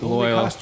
Loyal